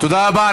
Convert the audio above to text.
תודה רבה.